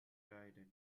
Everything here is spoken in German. verkleidet